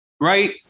right